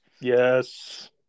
Yes